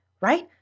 right